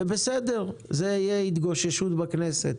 בסדר זאת תהיה התגוששות בכנסת.